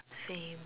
same